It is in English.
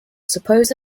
suppose